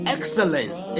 Excellence